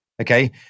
okay